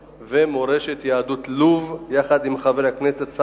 ומורשת יהדות לוב יחד עם חבר הכנסת,